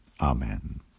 Amen